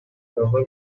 cover